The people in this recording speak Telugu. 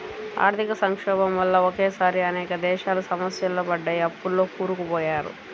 ఆర్థిక సంక్షోభం వల్ల ఒకేసారి అనేక దేశాలు సమస్యల్లో పడ్డాయి, అప్పుల్లో కూరుకుపోయారు